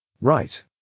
Right